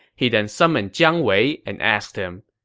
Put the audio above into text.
he then summoned jiang wei and asked him,